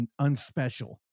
unspecial